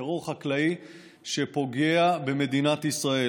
טרור חקלאי שפוגע במדינת ישראל.